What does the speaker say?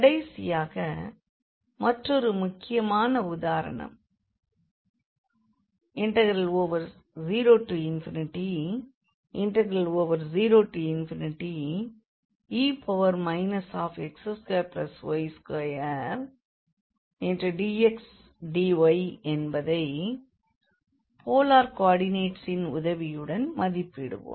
கடைசியாக மற்றொரு முக்கியமான உதாரணம் 00e x2y2dxdyஎன்பதை போலார் கோ ஆர்டினேட்டின் உதவியுடன் மதிப்பிடுவோம்